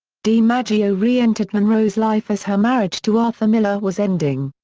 dimaggio re-entered monroe's life as her marriage to arthur miller was ending.